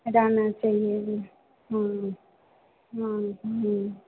पढ़ाना चाहिए हाँ हाँ हाँ